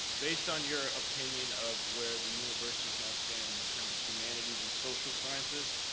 based on your opinion of where the universities now stand in terms of humanities and social sciences,